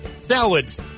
salads